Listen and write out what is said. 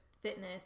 fitness